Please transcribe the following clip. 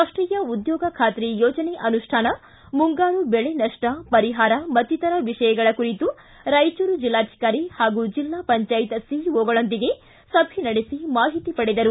ರಾಷ್ಟೀಯ ಉದ್ಯೋಗ ಖಾತ್ರಿ ಯೋಜನೆ ಅನುಷ್ಠಾನ ಮುಂಗಾರು ಬೆಳೆ ನಷ್ಷ ಪರಿಹಾರ ಮತ್ತಿತರ ವಿಷಯಗಳ ಕುರಿತು ರಾಯಚೂರು ಜಿಲ್ಲಾಧಿಕಾರಿ ಹಾಗೂ ಜಿಲ್ಲಾ ಪಂಚಾಯತ್ ಸಿಇಒಗಳೊಂದಿಗೆ ಸಭೆ ನಡೆಸಿ ಮಾಹಿತಿ ಪಡೆದರು